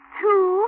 two